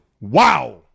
Wow